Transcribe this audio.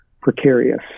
precarious